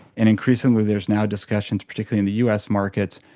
and increasingly there is now discussions, particularly in the us market,